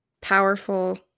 powerful